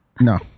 No